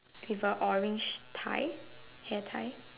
with a orange tie hair tie